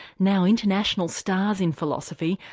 now international stars in philosophy,